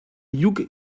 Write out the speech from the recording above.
hugh